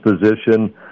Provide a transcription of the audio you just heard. position